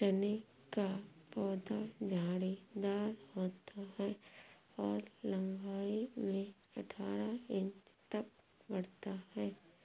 चने का पौधा झाड़ीदार होता है और लंबाई में अठारह इंच तक बढ़ता है